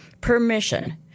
permission